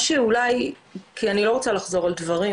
אני לא רוצה לחזור על דברים,